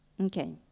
Okay